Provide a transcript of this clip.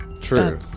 true